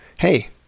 hey